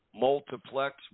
multiplex